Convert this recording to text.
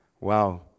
Wow